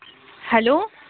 hello